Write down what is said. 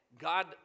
God